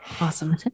awesome